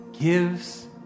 gives